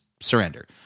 surrender